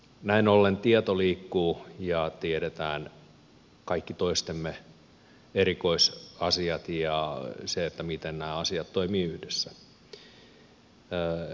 näin ollen tieto liikkuu ja tiedetään kaikki toistemme erikoisasiat ja se miten nämä asiat toimivat yhdessä